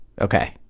Okay